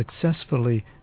successfully